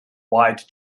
wide